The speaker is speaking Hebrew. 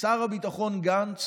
שר הביטחון גנץ